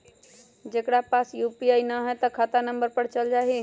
जेकरा पास यू.पी.आई न है त खाता नं पर चल जाह ई?